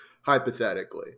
Hypothetically